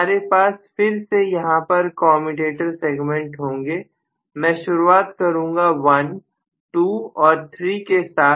हमारे पास फिर से यहां पर कॉमेंटेटर सेगमेंट्स होंगे मैं शुरुआत करूंगा 12 और 3 के साथ